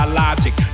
logic